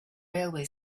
railway